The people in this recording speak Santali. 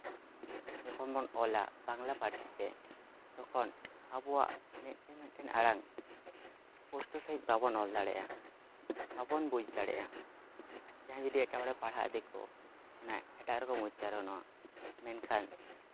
ᱡᱚᱠᱷᱚᱱ ᱵᱚᱱ ᱚᱞᱟ ᱵᱟᱝᱞᱟ ᱯᱟᱹᱨᱥᱤᱛᱮ ᱛᱚᱠᱷᱚᱱ ᱟᱵᱚᱣᱟᱜ ᱢᱤᱫᱴᱮᱱ ᱢᱤᱫᱴᱮᱱ ᱟᱲᱟᱝ ᱯᱳᱥᱴᱚ ᱥᱟᱺᱦᱤᱡ ᱵᱟᱵᱚᱱ ᱚᱞ ᱫᱟᱲᱮᱭᱟᱜᱼᱟ ᱵᱟᱵᱚᱱ ᱵᱩᱡᱽ ᱫᱟᱲᱮᱭᱟᱜᱼᱟ ᱡᱟᱦᱟᱸᱭ ᱡᱩᱫᱤ ᱮᱴᱟᱜ ᱦᱚᱲᱮ ᱯᱟᱲᱦᱟᱜᱼᱟ ᱫᱤᱠᱩ ᱚᱱᱟ ᱮᱴᱟᱜ ᱨᱚᱠᱚᱢ ᱩᱪᱪᱟᱨᱚᱱᱚᱜᱼᱟ ᱢᱮᱱᱠᱷᱟᱱ